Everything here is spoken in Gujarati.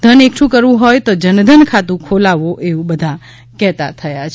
ધન એકઠું કરવું હોય તો જનધન ખાતું ખોલાવો એવું બધા કહેતા થયા છે